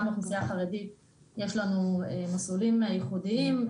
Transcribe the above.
גם לאוכלוסיה החרדית יש לנו מסלולים ייחודיים,